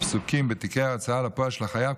הפסוקים בתיקי ההוצאה לפועל של החייב,